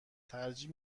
ترجیح